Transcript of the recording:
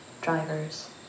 drivers